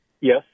Yes